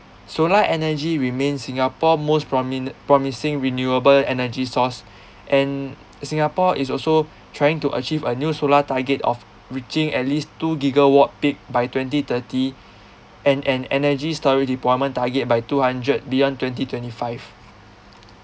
solar energy remains singapore most promine~ promising renewable energy source and singapore is also trying to achieve a new solar target of reaching at least two gigawatt peak by twenty thirty and an energy story deployment target by two hundred beyond twenty twenty five